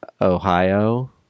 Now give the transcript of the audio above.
Ohio